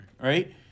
right